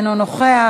אינו נוכח,